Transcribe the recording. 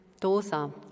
dosa